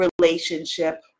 relationship